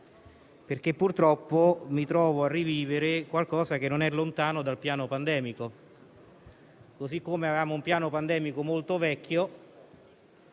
Purtroppo mi trovo a rivivere qualcosa che non è lontano dal piano pandemico. Così come avevamo un piano pandemico molto vecchio,